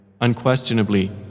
Unquestionably